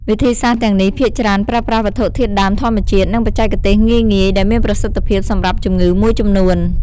វិធីសាស្ត្រទាំងនេះភាគច្រើនប្រើប្រាស់វត្ថុធាតុដើមធម្មជាតិ និងបច្ចេកទេសងាយៗ ដែលមានប្រសិទ្ធភាពសម្រាប់ជំងឺមួយចំនួន។